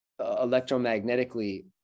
electromagnetically